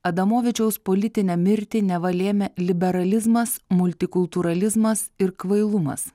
adomavičiaus politinę mirtį neva lėmė liberalizmas multikultūralizmas ir kvailumas